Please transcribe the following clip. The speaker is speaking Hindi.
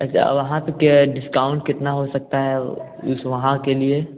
अच्छा वहाँ पर के डिस्काउंट कितना हो सकता है उस वहाँ के लिए